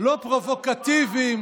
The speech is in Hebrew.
לא פרובוקטיביים